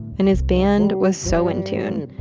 and his band was so in tune.